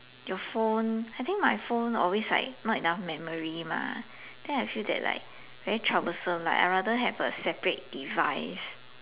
your phone I think my phone always like not enough memory mah then I feel that like very troublesome like I'd rather have a separate device